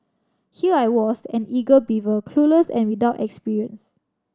here I was an eager beaver clueless and without experience